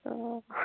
অ'